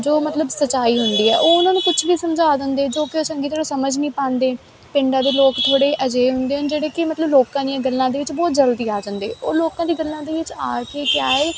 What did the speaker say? ਜੋ ਮਤਲਬ ਸੱਚਾਈ ਹੁੰਦੀ ਹੈ ਉਹ ਉਹਨਾਂ ਨੂੰ ਕੁਝ ਵੀ ਸਮਝਾ ਦਿੰਦੇ ਜੋ ਕਿ ਚੰਗੀ ਤਰ੍ਹਾਂ ਸਮਝ ਨਹੀਂ ਪਾਉਂਦੇ ਪਿੰਡਾਂ ਦੇ ਲੋਕ ਥੋੜ੍ਹੇ ਅਜਿਹੇ ਹੁੰਦੇ ਹਨ ਜਿਹੜੇ ਕਿ ਮਤਲਬ ਲੋਕਾਂ ਦੀਆਂ ਗੱਲਾਂ ਦੇ ਵਿੱਚ ਬਹੁਤ ਜਲਦੀ ਆ ਜਾਂਦੇ ਉਹ ਲੋਕਾਂ ਦੀ ਗੱਲਾਂ ਦੇ ਵਿੱਚ ਆ ਕੇ ਕਿਆ ਏ